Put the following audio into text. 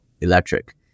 electric